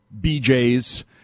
BJ's